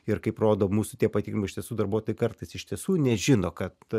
ir kaip rodo mūsų tie patyrimai iš tiesų darbuotojai kartais iš tiesų nežino kad